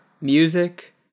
music